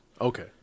okay